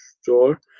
store